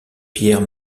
pierre